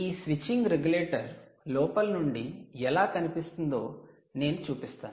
ఈ switching regulator లోపలి నుండి ఎలా కనిపిస్తుందో నేను చూపిస్తాను